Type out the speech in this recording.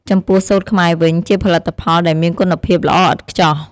ចំពោះសូត្រខ្មែរវិញ ជាផលិតផលដែលមានគុណភាពល្អឥតខ្ចោះ។